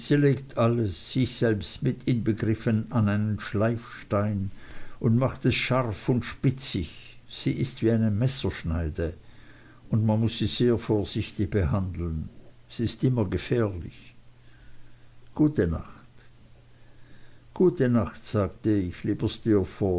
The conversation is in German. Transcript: sich selbst mit inbegriffen an einen schleifstein und macht es scharf und spitzig sie ist wie eine messerschneide und man muß sie sehr vorsichtig behandeln sie ist immer gefährlich gute nacht gut nacht sagte ich lieber